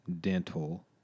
dental